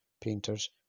painters